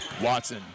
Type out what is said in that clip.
Watson